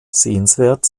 sehenswert